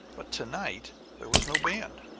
but tonight there was no band!